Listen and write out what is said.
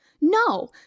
No